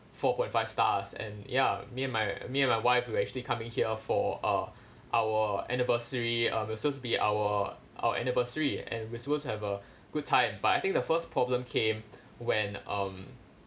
four point five stars and ya me and my me and my wife who actually coming here for uh our anniversary um it was suppose to be our our anniversary and we're supposed to have a good time but I think the first problem came when um